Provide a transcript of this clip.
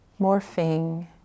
morphing